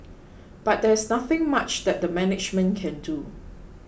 but there is nothing much that the management can do